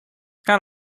kind